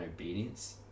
obedience